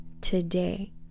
Today